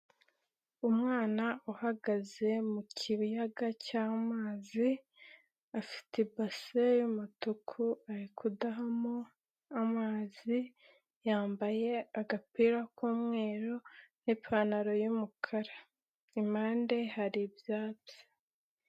Umwana uhagaze mu kiyaga cy'amazi afite base y'umutuku ari kudahamo amazi, yambaye agapira k'umweru n'ipantaro y'umukara. Impande hari ibyatsi.